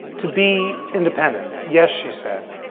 to be independent yes, she said.